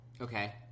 Okay